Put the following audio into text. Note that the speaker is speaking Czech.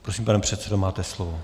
Prosím, pane předsedo, máte slovo.